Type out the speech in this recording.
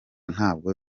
ntabwo